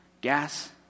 Gas